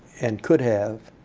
and could have,